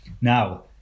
now